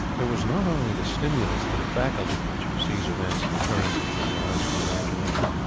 there was not only the stimulus to the faculty which sees events and occurrences with the eyes of the imagination,